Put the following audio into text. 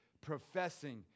professing